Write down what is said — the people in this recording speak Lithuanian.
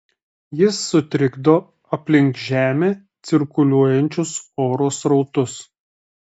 jis sutrikdo aplink žemę cirkuliuojančius oro srautus